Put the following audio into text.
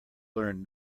learn